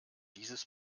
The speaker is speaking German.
dieses